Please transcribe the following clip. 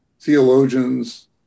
theologians